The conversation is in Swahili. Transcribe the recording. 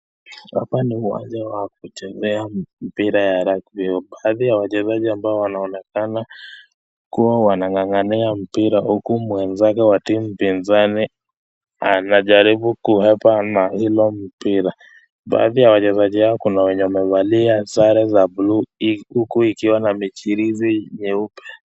Hapa ni waezaji wakichezea mpira wa rugby . Baadhi ya wachezaji ambao wanaonekana kuwa wanang'ang'ania mpira huku mwenzake wa timu pinzani ananajaribu kuhepa na hilo mpira. Baadhi ya wachezaji hao kuna wenye wamevaa sare za blue huku ikiwa na michirizi nyeupe.